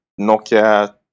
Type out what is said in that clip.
Nokia